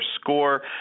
score